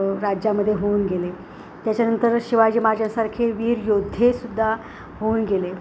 राज्यामदे होऊन गेले त्याच्यानंतर शिवाजी महाराजांसारखे वीर योद्धेसुद्धा होऊन गेले